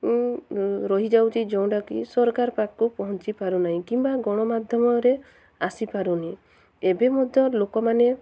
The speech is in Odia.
ରହିଯାଉଚି ଯେଉଁଟାକି ସରକାର ପାଖକୁ ପହଞ୍ଚି ପାରୁନାହିଁ କିମ୍ବା ଗଣମାଧ୍ୟମରେ ଆସିପାରୁନି ଏବେ ମଧ୍ୟ ଲୋକମାନେ